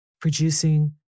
producing